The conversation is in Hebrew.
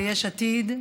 האחד,